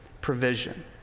provision